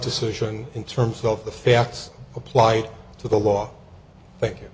decision in terms of the facts applied to the law